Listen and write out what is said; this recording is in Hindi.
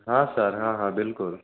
हाँ सर हाँ हाँ बिल्कुल